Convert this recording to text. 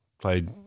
played